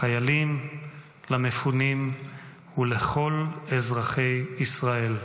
לחיילים, למפונים ולכל אזרחי ישראל.